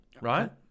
right